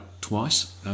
twice